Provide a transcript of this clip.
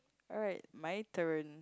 alright my turn